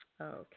Okay